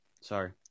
Sorry